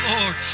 Lord